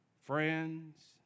Friends